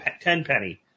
tenpenny